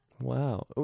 wow